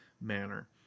manner